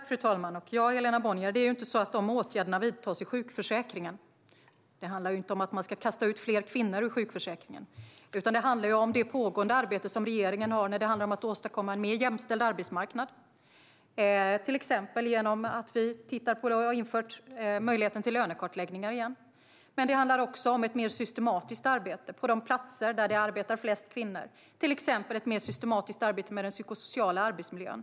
Fru talman! Det är inte så, Helena Bonnier, att dessa åtgärder vidtas i sjukförsäkringen. Det handlar inte om att man ska kasta ut fler kvinnor ur sjukförsäkringen. Det handlar i stället om det pågående arbete som regeringen har när det gäller att åstadkomma en mer jämställd arbetsmarknad, till exempel genom att vi ser över och har infört möjligheter till lönekartläggningar igen. Det handlar också om ett mer systematiskt arbete på de platser där det är flest kvinnor som arbetar, till exempel ett mer systematiskt arbete med den psykosociala arbetsmiljön.